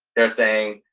they're saying,